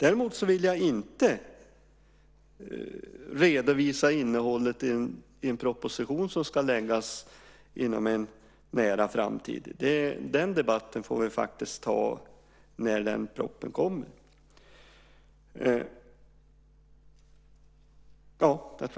Däremot vill jag inte redovisa innehållet i en proposition som ska läggas fram inom en nära framtid. Den debatten får vi faktiskt ta när den propositionen kommer.